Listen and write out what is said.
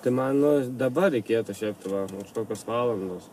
tai man nu dabar reikėtų šiaip va už kokios valandos